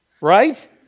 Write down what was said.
Right